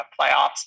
playoffs